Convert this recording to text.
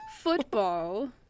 football